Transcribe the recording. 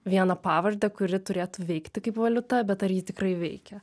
vieną pavardę kuri turėtų veikti kaip valiuta bet ar ji tikrai veikia